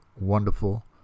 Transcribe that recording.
wonderful